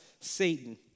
Satan